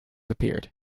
appeared